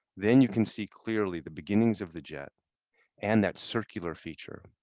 then you can see clearly the beginnings of the jet and that circular feature.